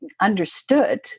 understood